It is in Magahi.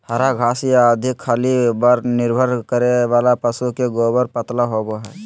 हरा घास या अधिक खल्ली पर निर्भर रहे वाला पशु के गोबर पतला होवो हइ